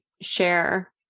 share